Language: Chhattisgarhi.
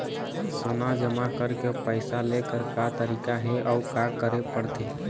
सोना जमा करके पैसा लेकर का तरीका हे अउ का करे पड़थे?